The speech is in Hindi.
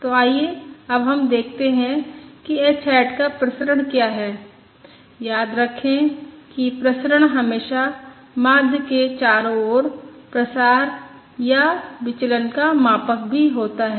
तो आइए अब हम देखते हैं कि h हैट का प्रसरण क्या है याद रखें कि प्रसरण हमेशा माध्य के चारों ओर प्रसार या विचलन का मापक भी होता है